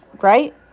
Right